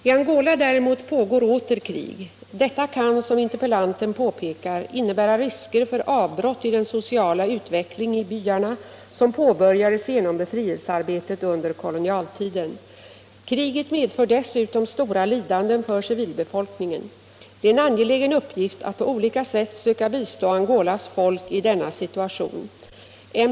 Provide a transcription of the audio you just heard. I Angola däremot pågår åter krig. Detta kan, som interpellanten påpekar, innebära risker för avbrott i den sociala utveckling i byarna som påbörjades genom befrielsearbetet under kolonialtiden. Kriget medför dessutom stora lidanden för civilbefolkningen. Det är en angelägen uppgift att på olika sätt söka bistå Angolas folk i denna situation.